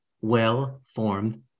well-formed